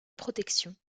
protection